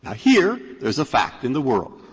ah here there's a fact in the world,